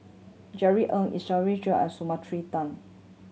Jerry Ng and Tan